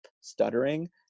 stuttering